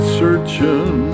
searching